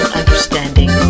understanding